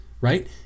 right